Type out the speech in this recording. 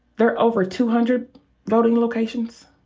there are over two hundred voting locations.